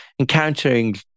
encountering